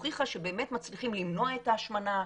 הוכיחה שבאמת מצליחים למנוע את ההשמנה,